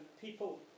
people